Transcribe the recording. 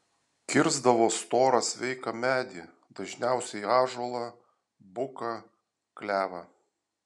kirsdavo storą sveiką medį dažniausiai ąžuolą buką klevą